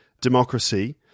democracy